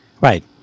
Right